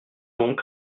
donc